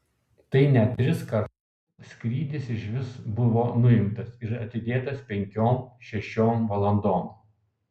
tai net tris kartus skrydis iš vis buvo nuimtas ir atidėtas penkiom šešiom valandom